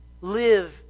Live